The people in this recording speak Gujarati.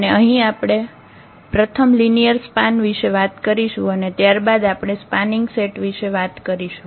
અને અહીં આપણે પ્રથમ લિનિયર સ્પાન વિશે વાત કરીશું અને ત્યારબાદ આપણે સ્પાનીંગ સેટ વિશે વાત કરીશું